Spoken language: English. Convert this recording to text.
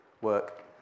work